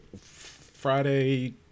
Friday